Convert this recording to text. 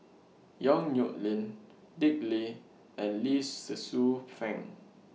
Yong Nyuk Lin Dick Lee and Lee Tzu Pheng